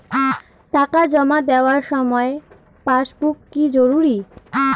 টাকা জমা দেবার সময় পাসবুক কি জরুরি?